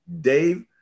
Dave